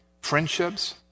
friendships